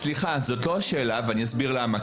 סליחה, זאת לא השאלה ואני אסביר למה.